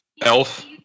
Elf